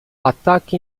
ataque